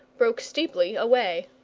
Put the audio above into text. broke steeply away.